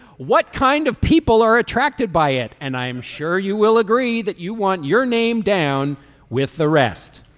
what kind of people are attracted by it. and i'm sure you will agree that you want your name down with the rest.